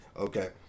Okay